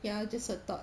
ya just a thought